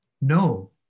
No